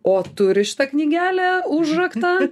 o turi šita knygelė užraktą